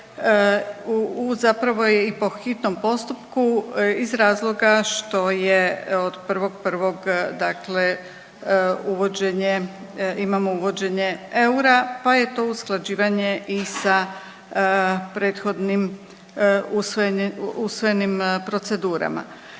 zapravo je i po hitnom postupku iz razloga što je od 1.1. dakle uvođenje, imamo uvođenje eura, pa je to usklađivanje i sa prethodnim usvojenim procedurama.